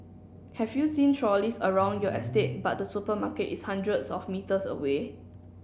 have you seen trolleys around your estate but the supermarket is hundreds of metres away